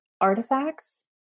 artifacts